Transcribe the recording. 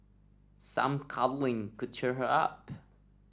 some cuddling could cheer her up